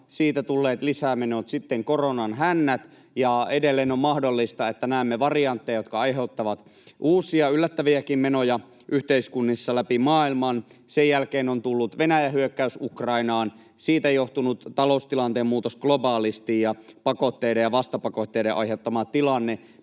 siitä tulleet lisämenot, sitten koronan hännät, ja edelleen on mahdollista, että näemme variantteja, jotka aiheuttavat uusia, yllättäviäkin menoja yhteiskunnissa läpi maailman. Sen jälkeen on tullut Venäjän hyökkäys Ukrainaan, siitä johtunut taloustilanteen muutos globaalisti ja pakotteiden ja vastapakotteiden aiheuttama tilanne.